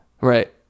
Right